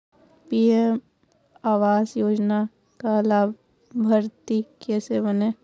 PM आवास योजना का लाभर्ती कैसे बनें?